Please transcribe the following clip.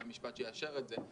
חוק ומשפט שתאשר את זה,